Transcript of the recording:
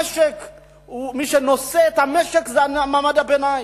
מי שנושא את המשק זה מעמד הביניים.